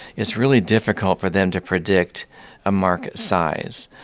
it's really difficult for them to predict a market size.